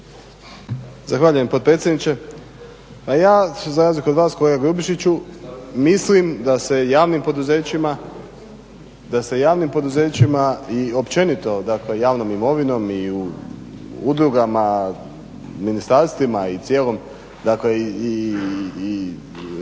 Zahvaljujem potpredsjedniče. A ja za razliku od vas kolega Grubišiću, mislim da se javnim poduzećima i općenito, dakle javnom imovinom i u udrugama, ministarstvima i cijelom, dakle i